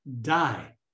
die